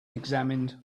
examined